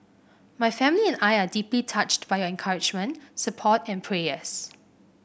my family and I are deeply touched by your encouragement support and prayers